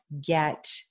get